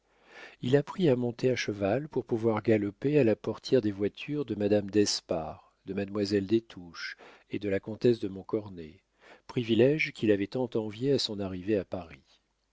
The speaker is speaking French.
il apprit à monter à cheval pour pouvoir galoper à la portière des voitures de madame d'espard de mademoiselle des touches et de la comtesse de montcornet privilége qu'il avait tant envié à son arrivée à paris